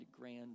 grand